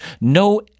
no